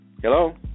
Hello